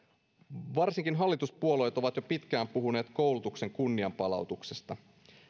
varsinkin hallituspuolueet ovat jo pitkään puhuneet koulutuksen kunnianpalautuksesta